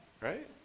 right